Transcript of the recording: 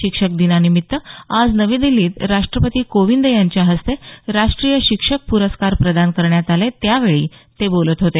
शिक्षक दिनानिमित्त आज नवी दिछीत राष्ट्रपती कोविंद यांच्या हस्ते राष्ट्रीय शिक्षक पुरस्कार प्रदान करण्यात आले त्यावेळी ते बोलत होते